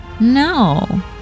No